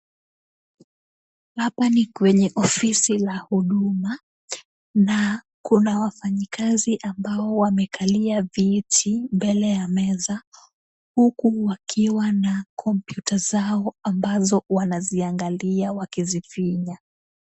Hapa ni kwenye ofisi la huduma na kuna wafanyikazi ambao wamekalia viti mbele ya meza huku wakiwa na kompyuta zao ambazo wanaziangalia huku wakizifinya.